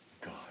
God